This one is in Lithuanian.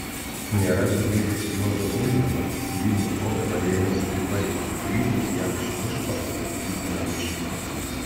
nėra ir dėdės juozo ulbino kurį nušovė varėnos stribai grįžus jam iš miško aplankyti namiškių